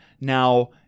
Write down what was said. Now